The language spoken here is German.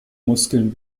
muskeln